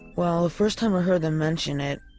well, the first time i heard them mention it,